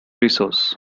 resource